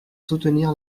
soutenir